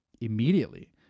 immediately